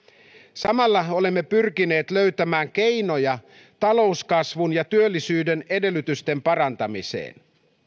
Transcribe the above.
samalla olemme pyrkineet löytämään keinoja talouskasvun ja työllisyyden edellytysten parantamiseen